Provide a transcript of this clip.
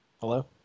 Hello